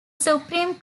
supreme